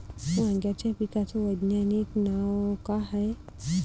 वांग्याच्या पिकाचं वैज्ञानिक नाव का हाये?